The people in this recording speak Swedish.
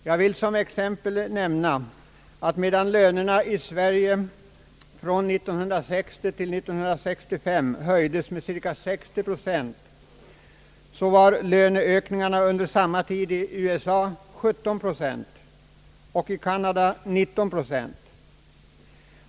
Jag vill som exempel nämna, att medan lönerna i Sverige från 1969 till 1965 höjdes med cirka 60 procent, var iöneökningarna under samma tid i USA 17 procent och i Kanada 19 procent.